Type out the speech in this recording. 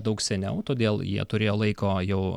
daug seniau todėl jie turėjo laiko jau